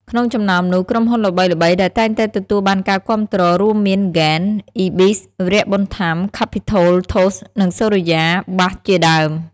ក្នុងចំណោមនោះ ក្រុមហ៊ុនល្បីៗដែលតែងតែទទួលបានការគាំទ្ររួមមានហ្គេន អុីប៊ីស វីរៈ ប៊ុនថាំ ខាភីថូល ធូស៍ និងសូរិយា បាស៍ជាដើម។